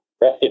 right